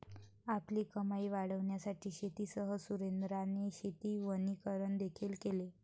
आपली कमाई वाढविण्यासाठी शेतीसह सुरेंद्राने शेती वनीकरण देखील केले